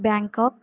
Bangkok